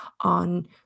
on